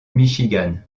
michigan